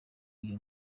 iyo